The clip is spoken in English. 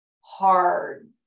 hard